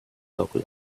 local